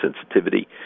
sensitivity